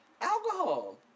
Alcohol